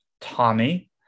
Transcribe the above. Tommy